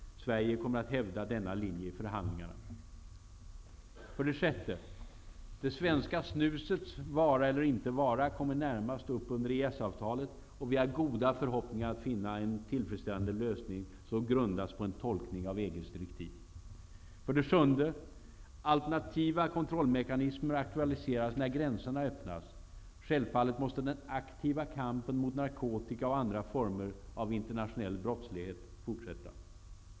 Sverige kommer att hävda denna linje i förhandlingarna. För det sjätte: Det svenska snusets vara eller inte vara kommer närmast upp under EES-avtalet, och vi har goda förhoppningar att finna en tillfredsställande lösning som grundas på en tolkning av EG:s direktiv. För det sjunde: Alternativa kontrollmekanismer aktualiseras när grän serna öppnas. Självfallet måste den aktiva kampen mot narkotika och andra former av internationell brottslighet fortsätta.